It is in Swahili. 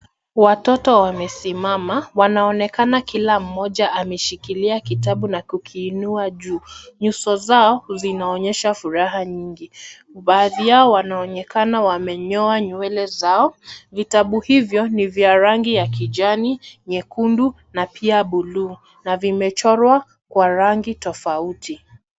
Watoto wamesimama. Wanaonekana kila mmoja ameshikilia kitabu na kukiinua juu. Nyuso zao zinaonyesha furaha nyingi. Baadhi yao wanaonekana wamenyoa nywele zao. Vitabu hivyo ni vya rangi ya kijani, nyekundu, na pia buluu, na vimechorwa kwa rangi tofauti.